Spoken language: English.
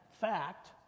fact